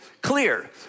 clear